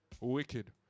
Wicked